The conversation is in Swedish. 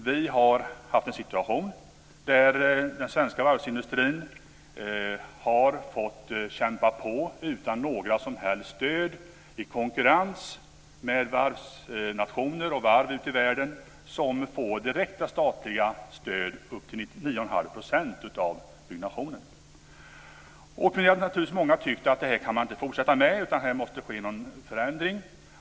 Vi har haft en situation där den svenska varvsindustrin har fått kämpa på utan några som helst stöd i konkurrens med varv ute i världen som får direkta statliga stöd på upp till 99,5 % av byggnationen. Vi är många som tycker att detta inte kan fortsätta utan att det måste ske en förändring.